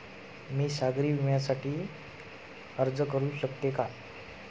मी सागरी विम्यासाठी अर्ज करू शकते का?